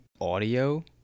audio